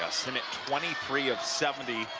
sinnott twenty three of seventy